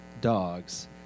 dogs